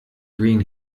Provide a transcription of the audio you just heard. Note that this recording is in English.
green